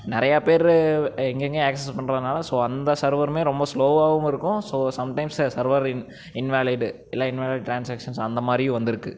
நிறைய பேர் எங்கெங்கேயோ ஆக்சிஸ் பண்ணுறனால ஸோ அந்த சர்வருமே ரொம்ப ஸ்லோவாகவும் இருக்கும் so some times server invalid இல்லை இன்வேலிட் ட்ரான்ஸாக்ஷன்ஸ் அந்த மாதிரியும் வந்திருக்கு